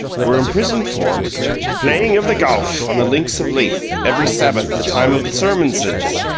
were imprisoned for playing of the gowff on the links of leith every sabbath the time of the sermonses,